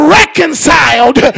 reconciled